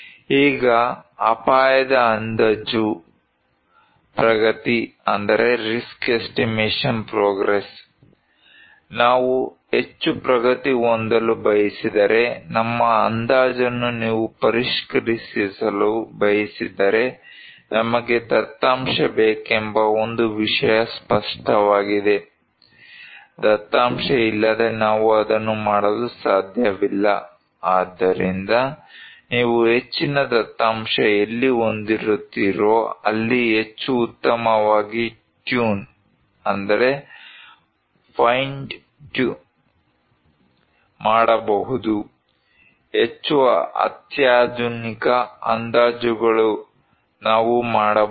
ಈಗ ಅಪಾಯದ ಅಂದಾಜು ಪ್ರಗತಿ ನಾವು ಹೆಚ್ಚು ಪ್ರಗತಿ ಹೊಂದಲು ಬಯಸಿದರೆ ನಮ್ಮ ಅಂದಾಜನ್ನು ನೀವು ಪರಿಷ್ಕರಿಸಲು ಬಯಸಿದರೆ ನಮಗೆ ದತ್ತಾಂಶ ಬೇಕೆಂಬ ಒಂದು ವಿಷಯ ಸ್ಪಷ್ಟವಾಗಿದೆ ದತ್ತಾಂಶ ಇಲ್ಲದೆ ನಾವು ಅದನ್ನು ಮಾಡಲು ಸಾಧ್ಯವಿಲ್ಲ ಆದ್ದರಿಂದ ನೀವು ಹೆಚ್ಚಿನ ದತ್ತಾಂಶ ಎಲ್ಲಿ ಹೊಂದಿರುರುತ್ತೀರೋ ಅಲ್ಲಿ ಹೆಚ್ಚು ಉತ್ತಮವಾಗಿ ಟ್ಯೂನ್ ಮಾಡಬಹುದು ಹೆಚ್ಚು ಅತ್ಯಾಧುನಿಕ ಅಂದಾಜುಗಳು ನಾವು ಮಾಡಬಹುದು